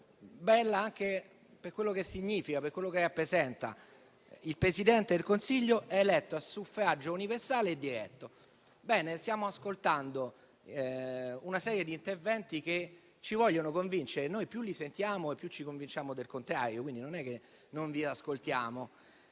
bella anche per quello che significa e rappresenta: «Il Presidente del Consiglio è eletto a suffragio universale e diretto». Bene, stiamo ascoltando una serie di interventi che ci vogliono convincere (noi più li sentiamo e più ci convinciamo del contrario, non è che non vi ascoltiamo)